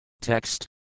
Text